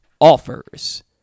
offers